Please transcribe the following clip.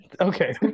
okay